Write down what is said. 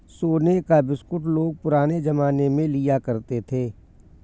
सोने का बिस्कुट लोग पुराने जमाने में लिया करते थे